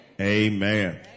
amen